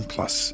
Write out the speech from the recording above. Plus